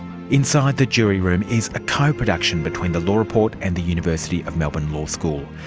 inside the jury room is a co-production between the law report and the university of melbourne law school.